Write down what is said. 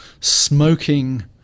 smoking